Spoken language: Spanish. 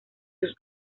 sus